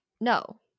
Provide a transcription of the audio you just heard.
No